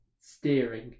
Steering